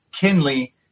Kinley